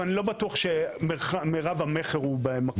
אבל אני לא בטוח שמירב המכר הוא במכולות.